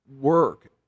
work